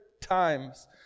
times